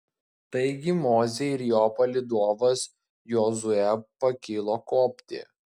taigi mozė ir jo palydovas jozuė pakilo kopti